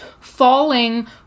falling